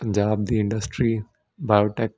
ਪੰਜਾਬ ਦੀ industry Biotech